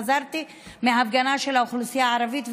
חזרתי מהפגנה של האוכלוסייה הערבית,